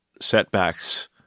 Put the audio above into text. setbacks